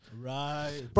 Right